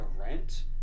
rent